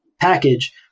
package